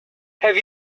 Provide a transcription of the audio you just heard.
have